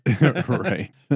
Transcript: Right